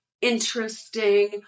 interesting